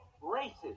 races